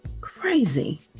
Crazy